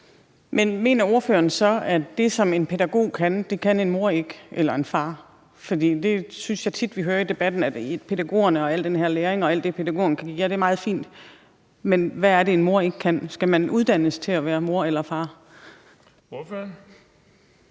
Man mener ordføreren så, at det, som en pædagog kan, kan en mor eller en far ikke? For det synes jeg tit, at vi hører i debatten: Pædagogerne og al den her læring og alt det, pædagogerne kan give, er meget fint, men hvad er det, en mor ikke kan? Skal man uddannes til at være mor eller far? Kl.